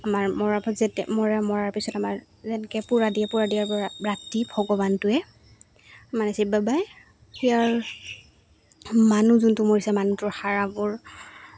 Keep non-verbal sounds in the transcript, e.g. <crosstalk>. আমাৰ মৰা <unintelligible> যেতিয়া মৰাৰ পিছত আমাৰ যেনেকৈ পুৰা দিয়ে পুৰা দিয়াৰপৰা ৰাতি ভগৱানটোৱে মানে শিৱ বাবাই ইয়াৰ মানুহ যোনটো মৰিছে মানুহটোৰ হাড়বোৰ